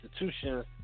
institutions